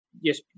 Yes